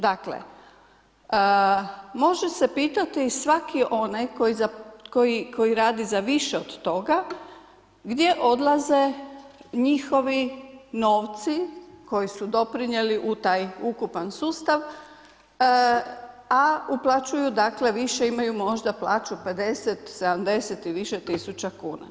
Dakle, može se pitati svaki onaj koji radi za više od toga gdje odlaze njihovi novci koji su doprinijeli u taj ukupan sustav a uplaćuju dakle, više imaju možda plaću 50, 70 i više tisuća kuna.